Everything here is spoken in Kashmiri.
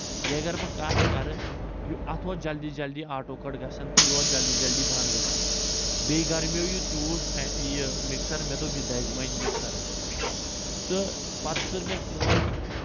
بیٚیہِ اَگر بہٕ کَتھ کَرٕ اَتھ اوس جلدی جلدی آٹو کَٹ گژھان تہٕ یہِ اوس جلدی جلدی بنٛد گژھان بیٚیہِ گرمیٚو یہِ تیوٗت یہِ مِکسر مےٚ دوٚپ یہِ دَزِ وۄنۍ مَکسرٕے تہٕ پَتہٕ کٔر مےٚ کٲم